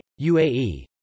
UAE